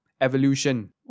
evolution